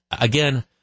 again